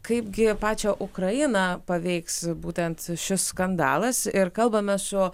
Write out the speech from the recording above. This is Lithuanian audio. kaip gi pačią ukrainą paveiks būtent šis skandalas ir kalbame su